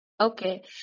okay